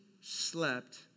slept